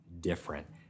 different